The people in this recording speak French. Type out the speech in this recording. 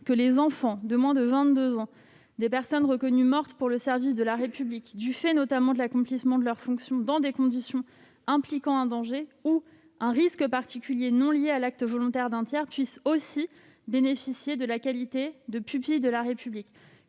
que les enfants de moins de 22 ans des personnes reconnues mortes « pour le service de la République » du fait notamment de l'accomplissement de leurs fonctions dans des conditions impliquant un danger ou un risque particulier non lié à l'acte volontaire d'un tiers puissent aussi bénéficier de la qualité de « pupille de la République